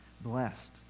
blessed